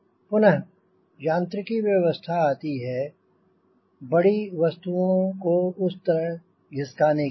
पुनः यांत्रिकी व्यवस्था आती है बड़ी वस्तुओं को उस तरह घिसकाने के लिए